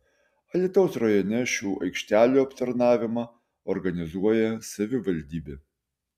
alytaus rajone šių aikštelių aptarnavimą organizuoja savivaldybė